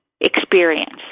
experience